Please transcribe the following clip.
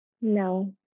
No